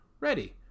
Ready